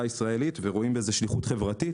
הישראלית ורואים בזה שליחות חברתית.